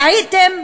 טעיתם,